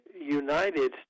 United